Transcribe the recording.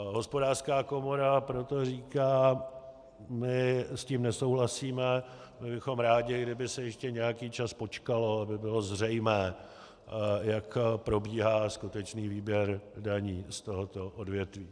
Hospodářská komora proto říká: my s tím nesouhlasíme, byli bychom rádi, kdyby se ještě nějaký čas počkalo, aby bylo zřejmé, jak probíhá skutečný výběr daní z tohoto odvětví.